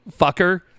fucker